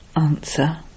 Answer